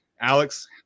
alex